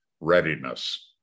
Readiness